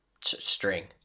string